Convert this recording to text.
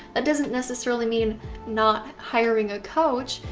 that doesn't necessarily mean not hiring a coach,